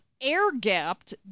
air-gapped